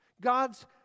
God's